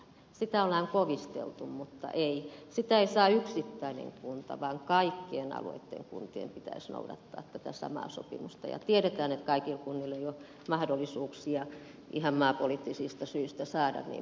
sitä on kovisteltu mutta ei sitä ei saa yksittäinen kunta vaan kaikkien alueitten kuntien pitäisi noudattaa tätä samaa sopimusta ja tiedetään että kaikilla kunnilla ei ole mahdollisuuksia ihan maapoliittisista syistä saada niin paljon tonttimaata asuntorakentamiseen